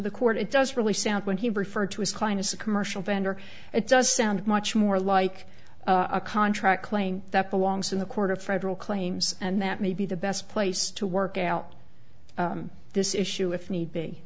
the court it does really sound when he referred to his client as a commercial vendor it does sound much more like a contract claim that belongs in the court of federal claims and that may be the best place to work out this issue if need be